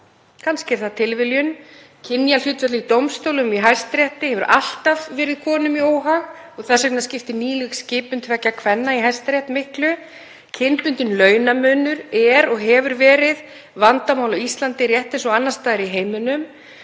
Kannski er það tilviljun. Kynjahlutfall í dómstólum og Hæstarétti hefur alltaf verið konum í óhag og þess vegna skiptir nýleg skipun tveggja kvenna í Hæstarétt miklu. Kynbundinn launamunur er og hefur verið vandamál á Íslandi rétt eins og annars staðar í heiminum.